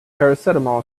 paracetamol